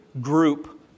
group